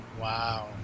Wow